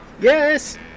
Yes